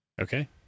Okay